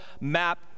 map